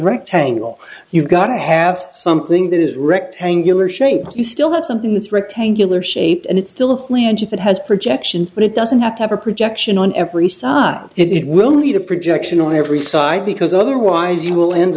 rectangle you've got to have something that is rectangular shape you still have something that's rectangular shape and it's still clear and if it has projections but it doesn't have to have a projection on every side it will need a projection on every side because otherwise you will end